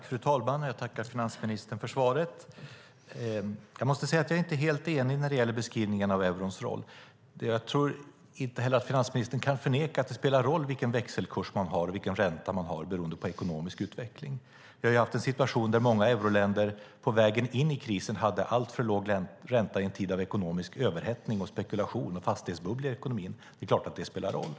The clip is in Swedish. Fru talman! Jag tackar finansministern för svaret. Jag måste säga att jag inte är helt enig när det gäller beskrivningarna av eurons roll. Jag tror inte heller att finansministern kan förneka att det spelar roll vilken växelkurs man har och vilken ränta man har beroende på ekonomisk utveckling. Vi har haft en situation där många euroländer på vägen in i krisen hade en alltför låg ränta i en tid av ekonomisk överhettning, spekulation och fastighetsbubbla. Det är klart att det spelar roll.